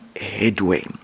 headway